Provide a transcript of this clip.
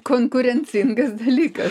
konkurencingas dalykas